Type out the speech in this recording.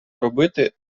робити